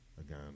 Again